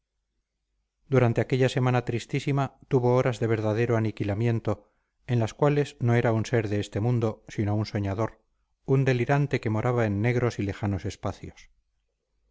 durante aquella semana tristísima tuvo horas de verdadero aniquilamiento en las cuales no era un ser de este mundo sino un soñador un delirante que moraba en negros y lejanos espacios